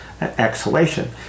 exhalation